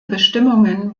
bestimmungen